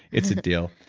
it's a deal.